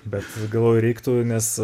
bet galvoju reiktų nes